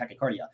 tachycardia